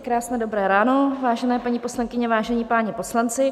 Krásné dobré ráno, vážené paní poslankyně, vážení páni poslanci.